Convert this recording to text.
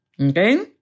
Okay